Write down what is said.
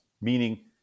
meaning